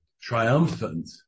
triumphant